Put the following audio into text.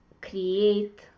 create